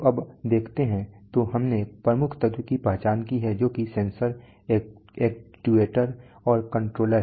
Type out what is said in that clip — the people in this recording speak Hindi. तो अब देखते हैं तो हमने प्रमुख तत्व की पहचान की है जो कि सेंसर एक्ट्यूएटर और कंट्रोलर हैं